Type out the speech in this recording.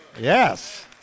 Yes